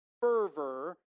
fervor